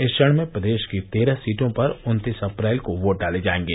इस चरण में प्रदेश की तेरह सीटों पर उत्तीस अप्रैल को वोट डाले जायेंगे